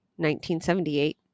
1978